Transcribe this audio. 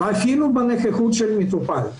ואפילו בנוכחות של מטפל.